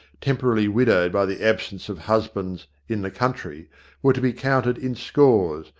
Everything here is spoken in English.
temporarily widowed by the absence of husbands in the country were to be counted in scores,